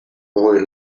boy